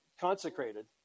consecrated